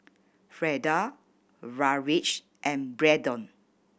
Freda Raleigh and Braedon